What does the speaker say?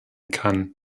kann